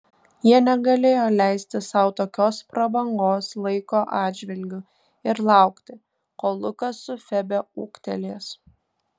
jie negalėjo leisti sau tokios prabangos laiko atžvilgiu ir laukti kol lukas su febe ūgtelės